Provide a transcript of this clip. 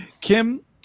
kim